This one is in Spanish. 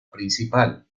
principal